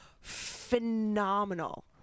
phenomenal